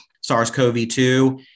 SARS-CoV-2